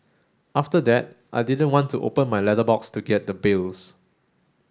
after that I didn't want to open my letterbox to get the bills